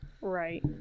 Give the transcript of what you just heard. Right